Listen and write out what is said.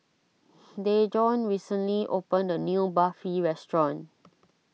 Dejon recently opened a new Barfi restaurant